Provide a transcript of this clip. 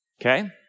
okay